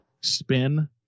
spin